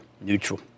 Neutral